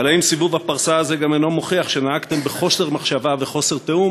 אבל האם סיבוב הפרסה הזה אינו מוכיח שנהגתם בחוסר מחשבה ובחוסר תיאום